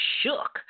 shook